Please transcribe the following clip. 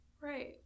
Right